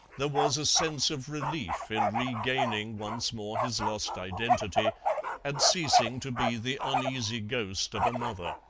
there was a sense of relief in regaining once more his lost identity and ceasing to be the uneasy ghost of another.